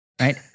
Right